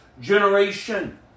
generation